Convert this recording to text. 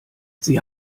sie